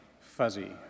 fuzzy